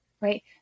right